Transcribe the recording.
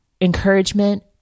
encouragement